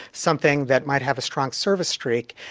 something that might have a strong service streak,